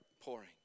pouring